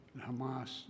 Hamas